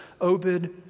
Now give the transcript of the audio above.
Obed